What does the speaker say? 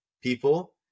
people